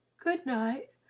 good-night,